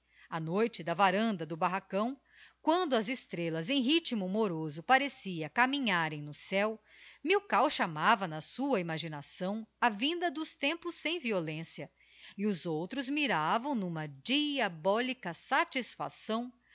a noite da varanda do barracão quando as estrellasem rythmo moroso parecia caminharem no céo milkau chamava na sua imaginação a vinda dos tempos sem violência e os outros miravam n'uma diabólica satisfação